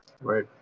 Right